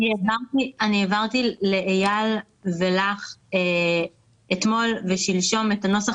העברתי לאייל לב ארי ולך אתמול ושלשום את הנוסח